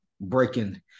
breaking